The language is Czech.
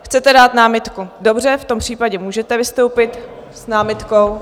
Chcete dát námitku, dobře, v tom případě můžete vystoupit s námitkou.